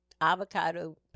avocado